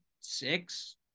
six